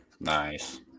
Nice